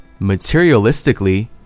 materialistically